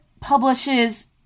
publishes